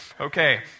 Okay